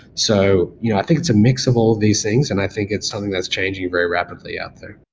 so you know i think it's a mix of all of these things and i think it's something that's changing very rapidly out there.